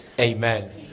Amen